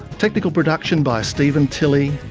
technical production by steven tilley,